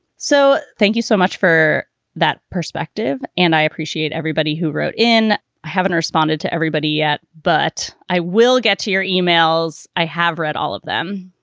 so thank you so much for that perspective and i appreciate everybody who wrote in. i haven't responded to everybody yet, but i will get to your emails. i have read all of them.